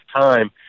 time